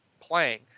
playing